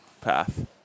path